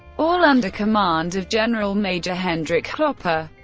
all under command of generalmajor hendrik klopper.